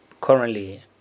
currently